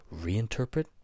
reinterpret